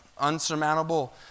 unsurmountable